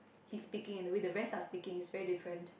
he is speaking and the way the rest does speaking is very different